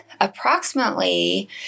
approximately